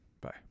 bye